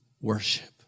worship